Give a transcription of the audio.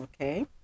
Okay